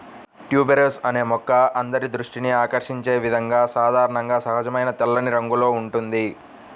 tuberose అనే మొక్క అందరి దృష్టిని ఆకర్షించే విధంగా సాధారణంగా సహజమైన తెల్లని రంగులో ఉంటుంది